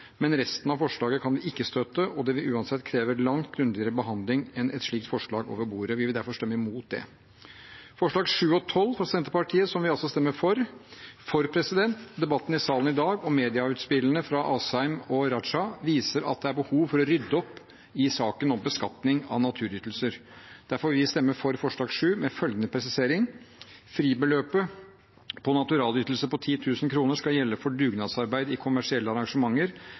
men resten av forslaget kan vi ikke støtte, og det vil uansett kreve langt grundigere behandling enn et slikt forslag over bordet. Vi vil derfor stemme imot det. Forslagene nr. 7 og nr. 12, fra Senterpartiet, vil vi altså stemme for, for debatten i salen i dag og medieutspillene fra Asheim og Raja viser det er behov for å rydde opp i saken om beskatning av naturalytelser. Derfor vil vi stemme for forslag nr. 7, med følgende presisering: Fribeløpet for naturalytelser på 10 000 kr skal gjelde for dugnadsarbeid i kommersielle arrangementer